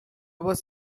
was